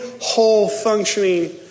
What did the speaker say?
whole-functioning